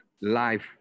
life